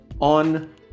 on